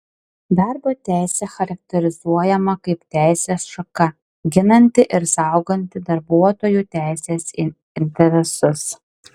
darbo teisė charakterizuojama kaip teisės šaka ginanti ir sauganti darbuotojų teises ir interesus